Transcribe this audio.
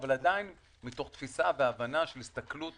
אבל עדיין מתוך תפיסה והבנה של הסתכלות